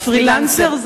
אבל פרילנסר,